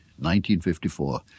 1954